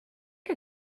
que